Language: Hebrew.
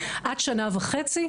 עד שנה וחצי.